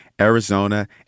Arizona